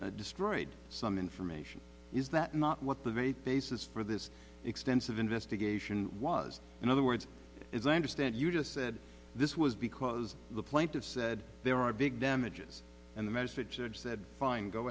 destroyed some information is that not what the very basis for this extensive investigation was in other words as i understand you just said this was because the plaintiffs said there are big damages and the message said fine go